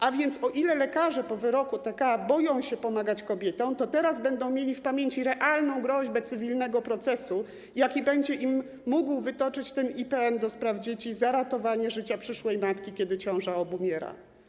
A więc o ile lekarze po wyroku TK boją się pomagać kobietom, o tyle teraz będą mieli w pamięci realną groźbę cywilnego procesu, jaki będzie mógł im wytoczyć ten IPN do spraw dzieci za ratowanie życia przyszłej matki, kiedy ciąża obumiera.